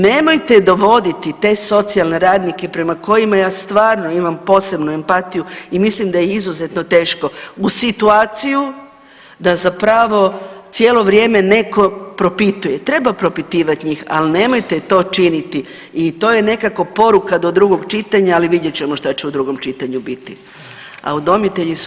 Nemojte dovoditi te socijalne radnike prema kojima ja stvarno imam posebnu empatiju i mislim da je izuzetno teško u situaciju da zapravo cijelo vrijeme netko propituje, treba propitivat njih, al nemojte to činiti i to je nekako poruka do drugog čitanja, ali vidjet ćemo šta će u drugom čitanju biti, a udomitelji su … [[Govornik se ne razumije]] ispod radara.